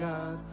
God